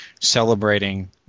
celebrating